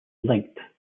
linked